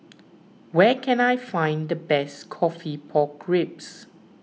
where can I find the best Coffee Pork Ribs